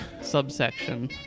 subsection